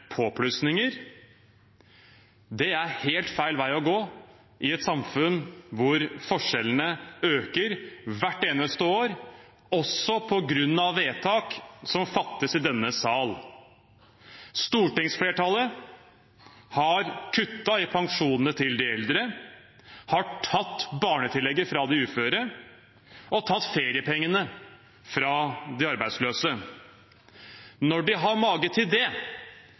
påplussinger. Det er helt feil vei å gå i et samfunn hvor forskjellene øker hvert eneste år, også på grunn av vedtak som fattes i denne sal. Stortingsflertallet har kuttet i pensjonene til de eldre, tatt barnetillegget fra de uføre og tatt feriepengene fra de arbeidsløse. Når de har mage til det,